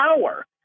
power